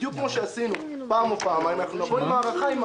בדיוק כפי שעשינו פעם או פעמיים, נבוא עם הארכה.